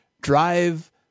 drive